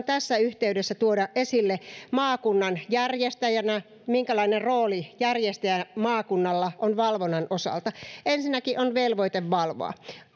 tässä yhteydessä tuoda esille maakunnan järjestäjänä minkälainen rooli järjestäjänä maakunnalla on valvonnan osalta ensinnäkin on velvoite valvoa